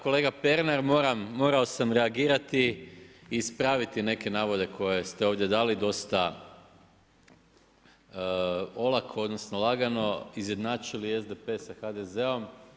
Kolega Pernar morao sam reagirati i ispraviti neke navode koje ste ovdje dali dosta olako odnosno lagano, izjednačili SDP-e sa HDZ-om.